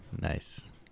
nice